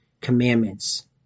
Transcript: commandments